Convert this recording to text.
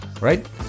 right